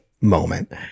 moment